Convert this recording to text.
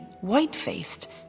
white-faced